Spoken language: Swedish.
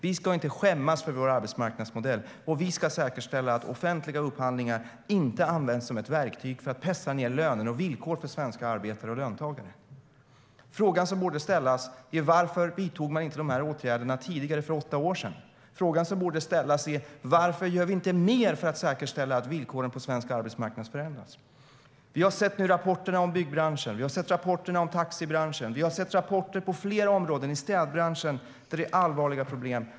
Vi ska inte skämmas för vår arbetsmarknadsmodell, och vi ska säkerställa att offentliga upphandlingar inte används som ett verktyg för att pressa ned löner och villkor för svenska arbetare och löntagare. Frågan som borde ställas är varför dessa åtgärder inte vidtogs för åtta år sedan. Frågan som borde ställas är varför inte mer görs för att säkerställa att villkoren på svensk arbetsmarknad förändras. Vi har sett rapporterna om byggbranschen. Vi har sett rapporterna om taxibranschen. Vi har sett rapporter på flera områden i städbranschen där det finns allvarliga problem.